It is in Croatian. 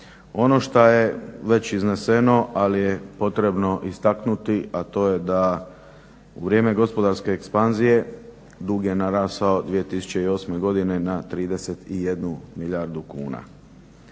Ono šta je već izneseno ali je potrebno istaknuti, a to je da u vrijeme gospodarske ekspanzije dug je narasao 2008. godine na 31 milijardu kuna.